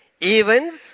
events